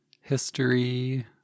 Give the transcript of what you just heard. history